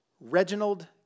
Reginald